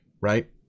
right